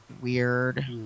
weird